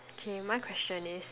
K my question is